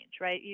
right